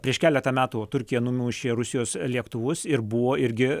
prieš keletą metų va turkija numušė rusijos lėktuvus ir buvo irgi